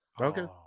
Okay